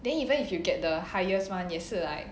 then even if you get the highest one 也是 like